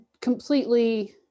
completely